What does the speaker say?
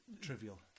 Trivial